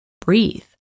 breathe